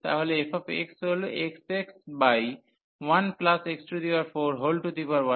তাহলে f হল xx 1x413